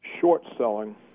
short-selling